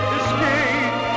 escape